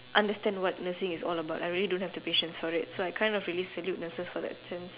understand what nursing is all about I really don't have the patience for it so I kind of really salute nurses for that sense